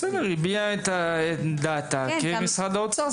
בסדר, היא הביעה את דעתה כמשרד האוצר.